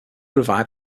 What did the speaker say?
revived